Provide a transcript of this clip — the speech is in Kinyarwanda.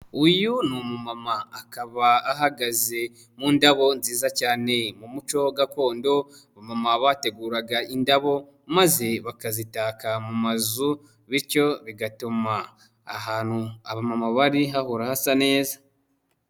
Uyu ni umumama akaba ahagaze mu ndabo nziza cyane, mu muco gakondo abamama bateguraga indabo maze bakazitaka mu mazu bityo bigatuma ahantu abamama bari hahora hasa neza.